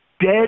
dead